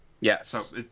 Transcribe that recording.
Yes